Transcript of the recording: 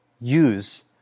Use